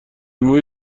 مویی